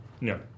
No